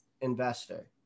investor